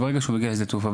ברגע שמגיעים לשדה התעופה,